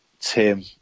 Tim